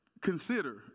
consider